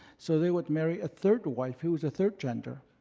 so they would marry a third wife who was a third gender.